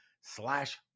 slash